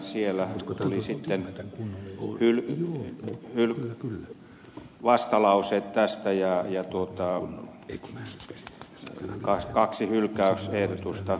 siellä tuli sitten vastalause tästä ja tuottaa itse myös naiskaksi ylittää kaksi hylkäysehdotusta